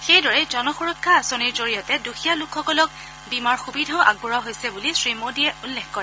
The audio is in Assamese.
সেইদৰেই জন সুৰক্ষা আঁচনিৰ জৰিয়তে দুখীয়া লোকসকলক বীমাৰ সুবিধাও আগবঢ়োৱা হৈছে বুলি শ্ৰী মোডীয়ে উল্লেখ কৰে